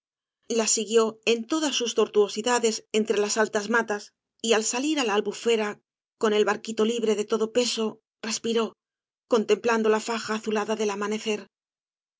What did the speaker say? la siguió en todas sus tortuosidades entre las altas matas y al salir á la albufera con el barquito libre de todo peso respiró contemplando la faja azulada del amanecer